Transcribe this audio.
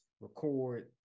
record